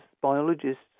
biologists